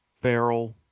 Farrell